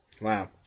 Wow